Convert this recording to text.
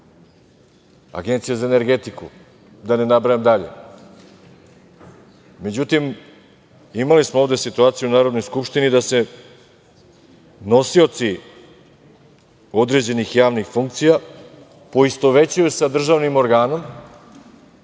Agencija za energetiku, da ne nabrajam dalje. Međutim, imali smo ovde situaciju u Narodnoj skupštini da se nosioci određenih javnih funkcija poistovećuju sa državnim organom